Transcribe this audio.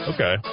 Okay